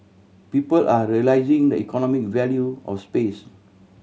people are realising the economic value of space